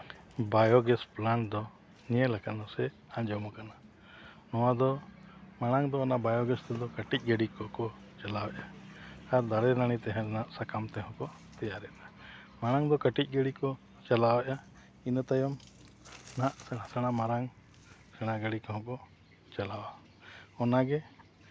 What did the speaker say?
biogas plant ᱫᱚ ᱧᱮᱞ ᱠᱟᱱᱟ ᱥᱮ ᱟᱡᱚᱢ ᱠᱟᱱᱟ ᱱᱚᱣᱟ ᱫᱚ ᱢᱟᱲᱟᱝ ᱫᱚ ᱚᱱᱟ ᱵᱟᱭᱳ ᱜᱮᱥ ᱛᱮᱫᱚ ᱚᱱᱟ ᱠᱟᱹᱴᱤᱡ ᱜᱟᱹᱰᱤ ᱠᱚᱠᱚ ᱪᱟᱞᱟᱣᱮᱜᱼᱟ ᱟᱨ ᱫᱟᱨᱮ ᱱᱟᱹᱲᱤ ᱥᱟᱠᱟᱢ ᱛᱮᱦᱚᱸ ᱠᱚ ᱛᱮᱭᱟᱨᱮᱜᱼᱟ ᱢᱟᱲᱟᱝ ᱫᱚ ᱠᱟᱹᱴᱤᱡ ᱜᱟᱹᱰᱤ ᱠᱚ ᱪᱟᱞᱟᱣᱮᱜᱼᱟ ᱤᱱᱟᱹ ᱛᱟᱭᱚᱢ ᱱᱟᱥᱮᱱᱟᱜ ᱢᱟᱲᱟᱝ ᱥᱮᱬᱟ ᱜᱟᱹᱰᱤ ᱠᱚᱦᱚᱸ ᱠᱚ ᱪᱟᱞᱟᱣᱟ ᱚᱱᱟᱜᱮ